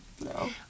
No